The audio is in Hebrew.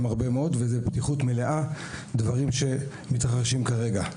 הרבה מאוד בפתיחות מלאה דברים שמתרחשים כרגע.